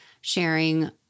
sharing